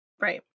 Right